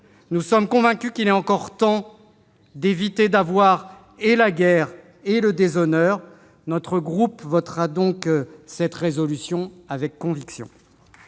Nous sommes convaincus qu'il est encore temps d'éviter d'avoir et la guerre, et le déshonneur. Notre groupe votera donc cette proposition de résolution